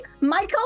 Michael